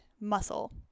muscle